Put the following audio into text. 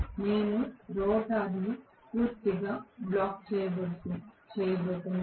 మేము రోటర్ పూర్తిగా బ్లాక్ చేయబోతున్నాం